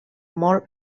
molt